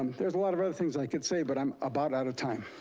um there's a lot of other things i could say, but i'm about out of time.